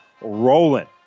rolling